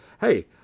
hey